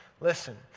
Listen